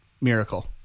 Miracle